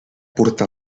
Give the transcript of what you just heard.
portar